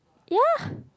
ya